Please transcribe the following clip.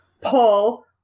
Paul